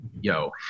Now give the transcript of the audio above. yo